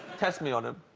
test me on him